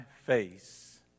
face